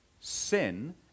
sin